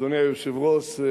אדוני היושב-ראש,